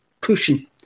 pushing